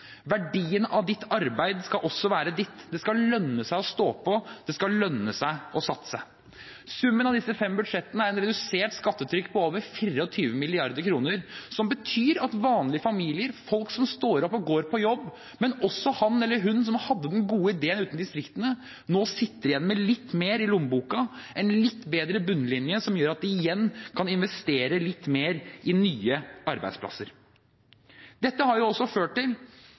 Verdien av ditt arbeid skal også være din. Det skal lønne seg å stå på. Det skal lønne seg å satse. Summen av disse fem budsjettene er et redusert skattetrykk på over 24 mrd. kr, som betyr at vanlige familier, folk som står opp og går på jobb, men også han eller hun som hadde den gode ideen ute i distriktene, nå sitter igjen med litt mer i lommeboka, en litt bedre bunnlinje, som gjør at de igjen kan investere litt mer i nye arbeidsplasser. Dette har også ført til